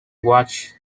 watched